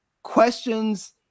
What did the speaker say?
Questions